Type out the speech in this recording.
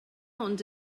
ond